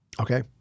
Okay